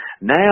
Now